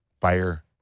fire